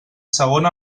segona